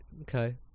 Okay